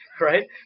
right